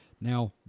Now